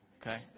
okay